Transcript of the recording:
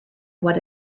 what